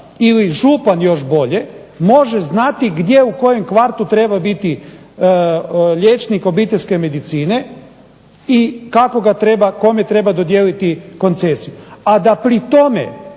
ili župan, još bolje, može znati gdje u kojem kvartu treba biti liječnik obiteljske medicine i kako ga treba, kome treba dodijeliti koncesiju. A da pri tome